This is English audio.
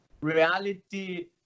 Reality